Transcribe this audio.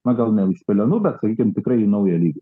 na gal ne iš pelenų bet sakykim tikrai į naują lygį